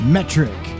Metric